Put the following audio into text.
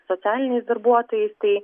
socialiniais darbuotojais tai